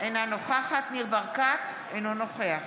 אינה נוכחת ניר ברקת, אינו נוכח